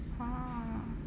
!huh!